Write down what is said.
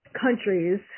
countries